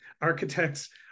Architects